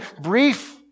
brief